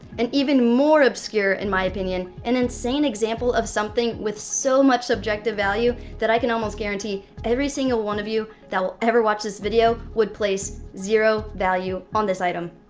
an even more obscure, in my opinion, and insane example of something with so much subjective value, that i can almost guarantee every single one of you that will ever watch this video would place zero value on this item.